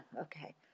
okay